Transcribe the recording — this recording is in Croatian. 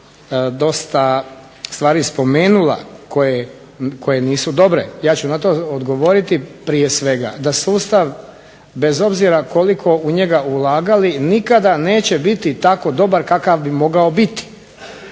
dosta stvari spomenula koje nisu dobre, ja ću na to odgovoriti prije svega da sustav bez obzira koliko u njega ulagali nikada neće biti tako dobar kakav bi mogao biti.